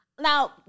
now